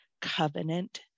covenant